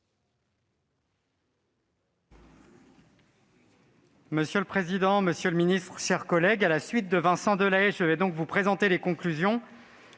Monsieur le président, monsieur le ministre, mes chers collègues, à la suite de Vincent Delahaye, je vais vous présenter les conclusions